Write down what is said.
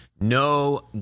no